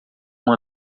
uma